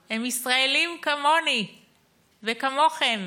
הם ישראלים כמוני וכמוכם.